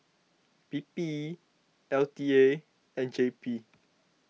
P P L T A and J P